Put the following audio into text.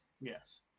Yes